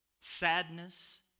sadness